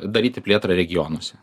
daryti plėtrą regionuose